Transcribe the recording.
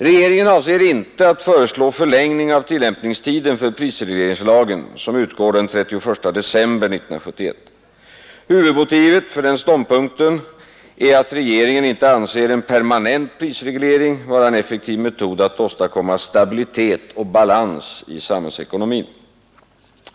Regeringen avser inte att föreslå förlängning av tillämpningstiden för prisregleringslagen, som utgår den 31 december 1971. Huvudmotivet för denna ståndpunkt är att regeringen inte anser en permanent prisreglering vara en effektiv metod att åstadkomma stabilitet och balans i samhällsekonomin.